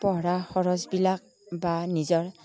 পঢ়া খৰচবিলাক বা নিজৰ